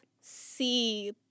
see